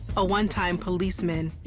a one-time policeman,